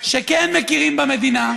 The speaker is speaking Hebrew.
שכן מכירים במדינה,